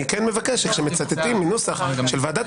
אני כן מבקש שכשמצטטים מנוסח של ועדת